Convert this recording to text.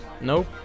Nope